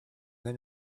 then